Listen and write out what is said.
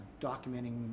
documenting